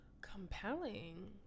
compelling